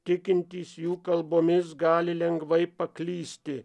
tikintys jų kalbomis gali lengvai paklysti